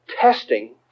testing